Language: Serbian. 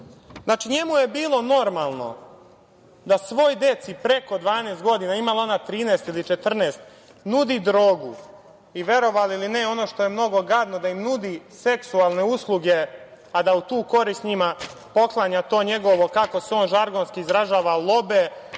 Znači, njemu je bilo normalno da svoj deci preko 12 godina, imala ona 13 ili 14, nudi drogu i, verovali ili ne, ono što je mnogo gadno, da im nudi seksualne usluge, a da u tu korist njima poklanja to njegovo, kako se on žargonski izražava – lobe,